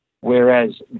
Whereas